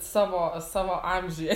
savo savo amžiuje